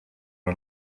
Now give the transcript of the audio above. are